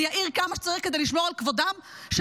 אני אעיר כמה שצריך כדי לשמור על כבודם של